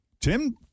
Tim